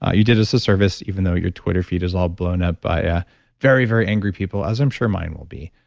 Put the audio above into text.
ah you did us a service, even though your twitter feed is all blown up by ah very, very angry people, as i'm sure mine will be.